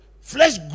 flesh